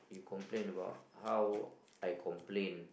complain about how I complain